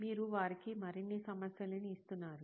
మీరు వారికి మరిన్ని సమస్యలను ఇస్తున్నారు